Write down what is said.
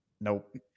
Nope